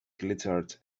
glittered